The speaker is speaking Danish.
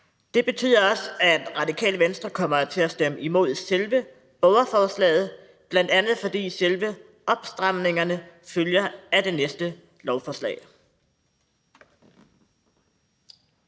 Det betyder også, at Radikale Venstre kommer til at stemme imod selve borgerforslaget, bl.a. fordi selve opstramningerne følger af det næste lovforslag.